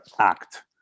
act